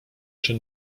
czyn